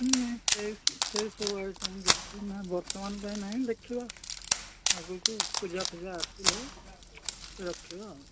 ନାଇଁ ସେଇ ସେଇ ସବୁ ଆଇଟମ୍ କିଛି ନା ବର୍ତ୍ତମାନ ପାଇଁ ନାହିଁ ଦେଖିବା ଆଗକୁ ପୂଜା ଫୂଜା ଆସିଲେ ରଖିବା ଆଉ